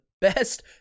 best